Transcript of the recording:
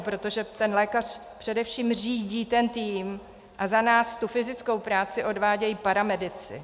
Protože lékař především řídí ten tým a za nás tu fyzickou práci odvádějí paramedici.